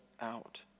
out